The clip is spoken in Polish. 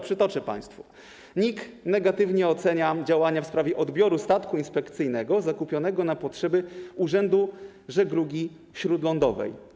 Przytoczę państwu: NIK negatywnie ocenia działania w sprawie odbioru statku inspekcyjnego zakupionego na potrzeby urzędu żeglugi śródlądowej.